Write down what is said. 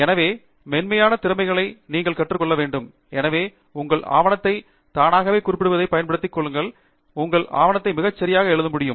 எனவே மென்மையான திறமைகளை நீங்கள் கற்றுக் கொள்ள வேண்டும் எனவே உங்கள் ஆவணத்தை தானாகவே குறிப்பிடுவதைப் பயன்படுத்தி உங்கள் ஆவணத்தை மிகச் சரியாக எழுத முடியும்